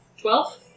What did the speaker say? twelve